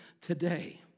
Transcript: today